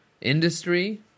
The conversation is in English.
industry